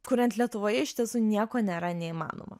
kuriant lietuvoje iš tiesų nieko nėra neįmanomo